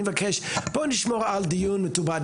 אני מבקש בואו נשמור על דיון מתורבת,